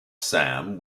sam